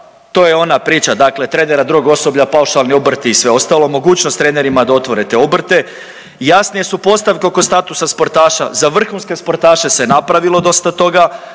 to je ona priča dakle trenera, drugog osoblja, paušalni obrti i sve ostalo, mogućnost trenerima da otvore te obrte. Jasnije su postavke oko statusa sportaša. Za vrhunske sportaša se napravilo dosta toga,